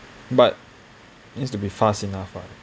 but it needs to be fast enough right